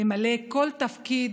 למלא כל תפקיד,